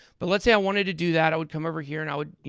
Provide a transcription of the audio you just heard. but let's say i wanted to do that, i would come over here and i would, you